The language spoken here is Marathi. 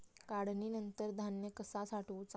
काढणीनंतर धान्य कसा साठवुचा?